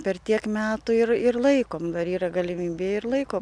per tiek metų ir ir laikom dar yra galimybė ir laikom